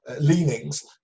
leanings